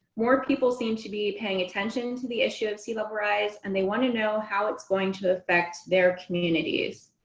more people seem to be paying attention to the issue of sea level rise, and they want to know how it's going to affect their communities.